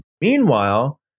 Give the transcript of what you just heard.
Meanwhile